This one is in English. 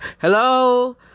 hello